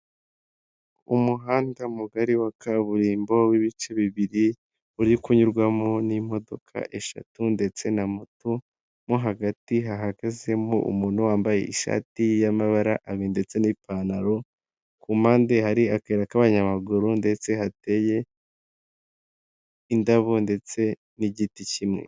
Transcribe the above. Umuhanda mugari wa kaburimbo w'ibice bibiri, uri kunyurwamo n'imodoka eshatu ndetse na moto, mo hagati hahagazemo umuntu wambaye ishati y'amabara abiri ndetse n'ipantaro, ku mpande hari akayira k'abanyamaguru ndetse hateye indabo ndetse n'igiti kimwe.